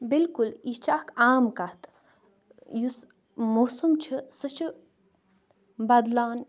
بلکُل یہِ چھِ اَکھ عام کَتھ یُس موسَم چھُ سُہ چھُ بَدلان